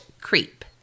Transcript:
creep